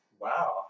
Wow